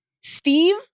Steve